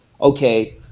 okay